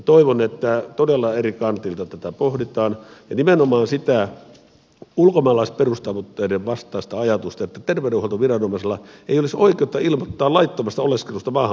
toivon että todella eri kantilta tätä pohditaan ja nimenomaan sitä ulkomaalaisperustavoitteiden vastaista ajatusta että terveydenhuoltoviranomaisilla ei olisi oikeutta ilmoittaa laittomasta oleskelusta maahanmuuttoviranomaisille